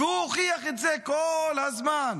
והוא הוכיח את זה כל הזמן.